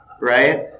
Right